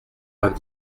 vingt